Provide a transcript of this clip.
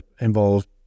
involved